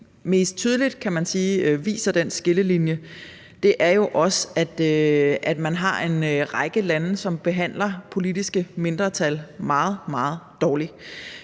kan man sige, viser den skillelinje, er også, at man har en række lande, som behandler politiske mindretal meget, meget dårligt.